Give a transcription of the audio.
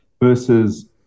versus